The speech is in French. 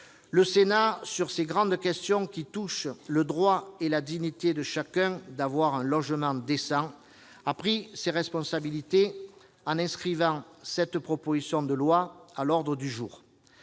Le Sénat, sur ces grandes questions qui touchent le droit et la dignité de chacun d'avoir un logement décent, a pris ses responsabilités en inscrivant cette proposition de loi à l'ordre du jour.